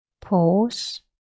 Pause